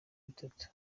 bitatu